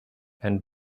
and